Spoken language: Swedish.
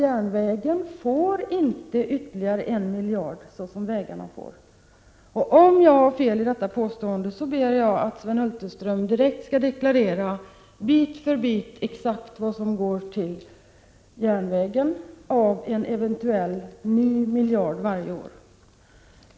Järnvägen får inte ytterligare en miljard såsom vägarna får. Om jag har fel i detta påstående ber jag att Sven Hulterström bit för bit direkt deklarerar vad som går till järnvägarna av en eventuell ny miljard varje år.